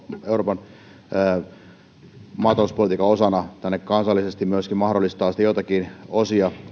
euroopan maatalouspolitiikan osana tämä maatalouspolitiikka ja tänne kansallisesti myöskin mahdollistetaan siitä joitakin osia